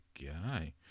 guy